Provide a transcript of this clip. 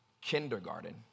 kindergarten